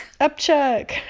Upchuck